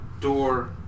door